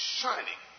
shining